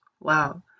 Wow